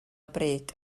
bryd